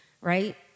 right